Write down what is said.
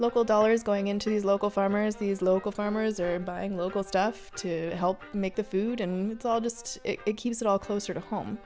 local dollars going into the local farmers these local farmers are buying local stuff to help make the food and it's all just it keeps it all closer to home